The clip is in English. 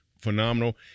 phenomenal